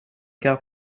car